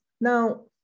Now